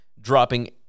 dropping